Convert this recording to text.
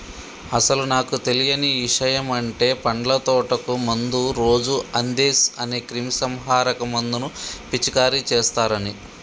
అసలు నాకు తెలియని ఇషయమంటే పండ్ల తోటకు మందు రోజు అందేస్ అనే క్రిమీసంహారక మందును పిచికారీ చేస్తారని